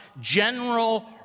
general